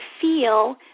feel